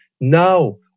Now